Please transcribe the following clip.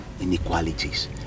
inequalities